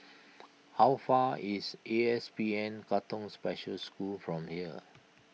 how far is A P S N Katong Special School from here